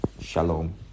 Shalom